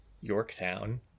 Yorktown